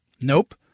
Nope